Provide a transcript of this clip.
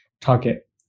target